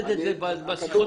הבחנה,